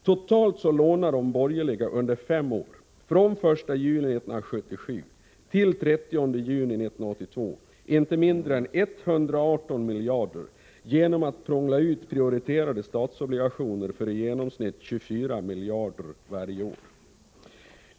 Totalt lånade de borgerliga under fem år, från den 1 juli 1977 till den 30 juni 1982, inte mindre än 118 miljarder genom att prångla ut prioriterade statsobligationer för i genomsnitt 24 miljarder varje år.